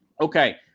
Okay